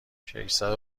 ششصد